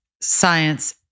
science